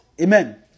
Amen